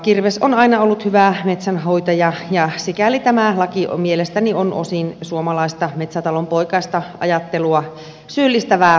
kirves on aina ollut hyvä metsänhoitaja ja sikäli tämä laki mielestäni on osin suomalaista metsätalonpoikaista ajattelua syyllistävää